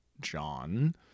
John